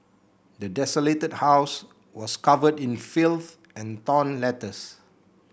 the desolated house was covered in filth and torn letters